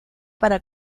para